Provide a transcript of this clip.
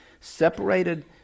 separated